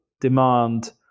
demand